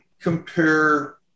compare